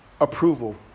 approval